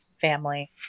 family